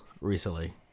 recently